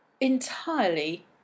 entirely